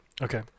Okay